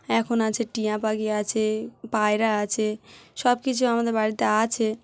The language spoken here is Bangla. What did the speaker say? এখন আছে টিয়া পাাখি আছে পায়রা আছে সব কিছু আমাদের বাড়িতে আছে